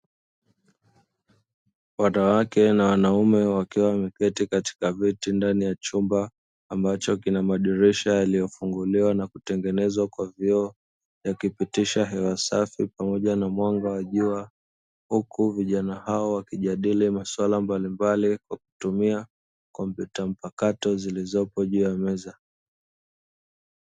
Wanawake na wanaume wakiwa wameketi katika viti ndani ya chumba ambacho kina madirisha yaliyofunguliwa na kutengeneza kwa vyoo vya kupitisha hewa safi pamoja na mwanga wa jua huku vijana hao wakijadili masuala mbalimbali kwa kutumia kompyuta mpakato zilizopo juu ya meza.